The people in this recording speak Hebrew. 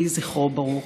יהי זכרו ברוך.